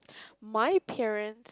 my parents